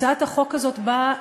הצעת החוק הזאת באה